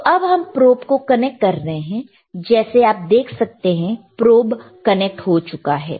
तो अब हम प्रोब को कनेक्ट कर रहे हैं जैसे आप देख सकते हैं प्रोब कनेक्ट हो चुका है